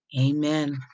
Amen